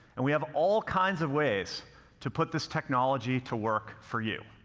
and we have all kinds of ways to put this technology to work for you.